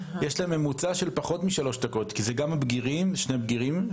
יש להם ממוצע של פחות מ-3 דקות כי זה גם שני בגירים.